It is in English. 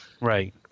right